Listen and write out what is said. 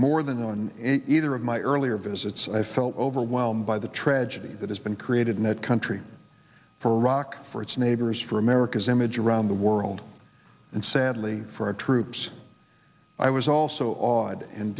more than on either of my earlier visits i felt overwhelmed by the tragedy that has been created in that country for iraq for its neighbors for america's image around the world and sadly for our troops i was also